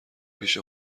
پیش